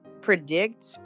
predict